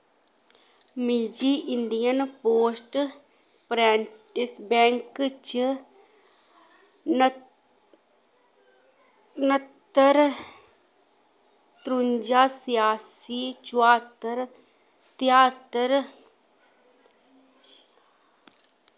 मिजी Indian post prentice bank च न्हत्तर त्रुंजा छियासी चुहत्तर तेहत्तर